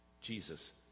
Jesus